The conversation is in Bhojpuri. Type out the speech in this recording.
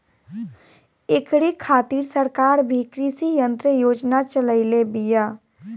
ऐकरे खातिर सरकार भी कृषी यंत्र योजना चलइले बिया